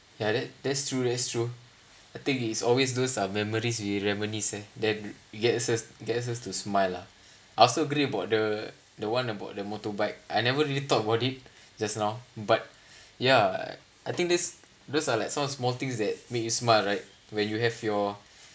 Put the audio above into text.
yeah that that's true that's true I think is always those uh memories we reminisce eh that gets us gets us to smile lah I also agree about the the one about the motorbike I never really thought about it just now but ya I think this those are like some small things that make you smile right when you have your